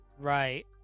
Right